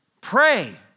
pray